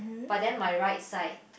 but then my right side